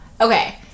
Okay